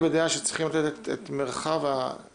ביקשנו חוות דעת מהלשכה